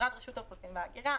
משרד רשות האוכלוסין וההגירה,